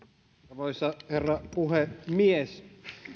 arvoisa herra puhemies